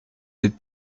ces